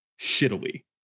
shittily